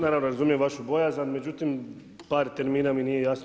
Naravno razumijem vašu bojazan, međutim par termina mi nije jasno.